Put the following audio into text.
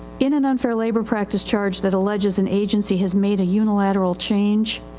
in an unfair labor practice charge that alleges an agency has made a unilateral change.